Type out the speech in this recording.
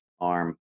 arm